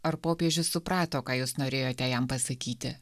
ar popiežius suprato ką jūs norėjote jam pasakyti